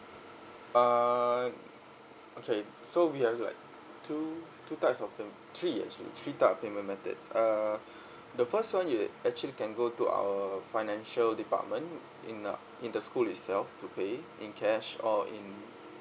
uh okay so we have like two two types of payment three actually three types of payment methods uh the first one you actually can go to our financial department in uh in the school itself to pay in cash or in